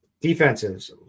defenses